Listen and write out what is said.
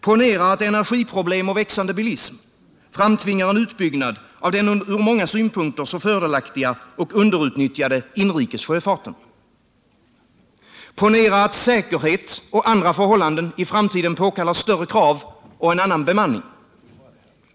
Ponera att energiproblem och växande bilism framtvingar en utbyggnad av den från många synpunkter så fördelaktiga och underutnyttjade inrikes sjöfarten. Ponera att säkerhet och andra förhållanden i framtiden påkallar större krav och en annan bemanning.